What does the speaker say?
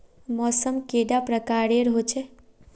मौसम कैडा प्रकारेर होचे?